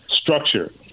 structure